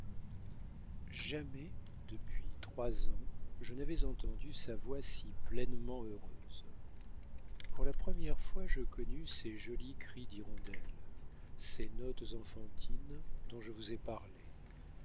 jamais depuis trois ans je n'avais entendu sa voix si pleinement heureuse pour la première fois je connus ces jolis cris d'hirondelle ces notes enfantines dont je vous ai parlé